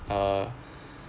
err